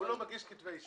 הוא לא מגיש כתבי אישום.